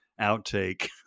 outtake